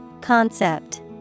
Concept